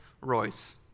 Royce